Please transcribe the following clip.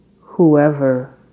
whoever